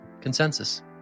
consensus